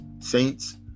Saints